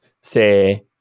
say